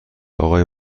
آقای